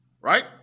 Right